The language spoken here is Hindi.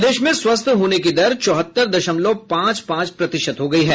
प्रदेश में स्वस्थ होने की दर चौहत्तर दशमलव पांच पांच प्रतिशत हो गयी है